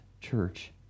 church